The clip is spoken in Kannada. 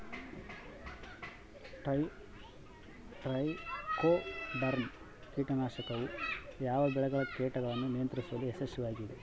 ಟ್ರೈಕೋಡರ್ಮಾ ಕೇಟನಾಶಕವು ಯಾವ ಬೆಳೆಗಳ ಕೇಟಗಳನ್ನು ನಿಯಂತ್ರಿಸುವಲ್ಲಿ ಯಶಸ್ವಿಯಾಗಿದೆ?